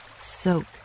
soak